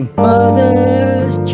mother's